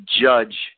judge